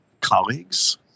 colleagues